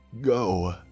Go